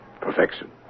perfection